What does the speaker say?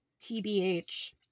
TBH